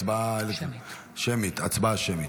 הצבעה שמית.